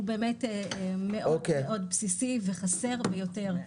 הוא באמת מאוד מאוד בסיסי וחסר ביותר.